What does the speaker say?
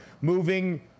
moving